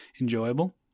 enjoyable